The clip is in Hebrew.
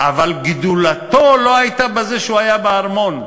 אבל גדולתו לא הייתה בזה שהוא היה בארמון.